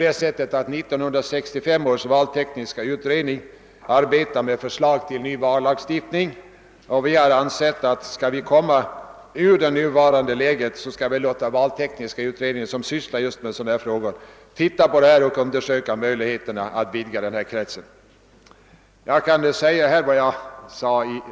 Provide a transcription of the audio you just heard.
1965 års valtekniska utredning arbetar med förslag till en ny vallagstiftning, och vi har ansett att om vi skall komma ur det nuvarande läget måste vi låta den valtekniska utredningen undersöka möjligheterna att vidga kretsen av röstberättigade utlandssvenskar.